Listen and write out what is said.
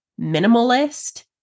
minimalist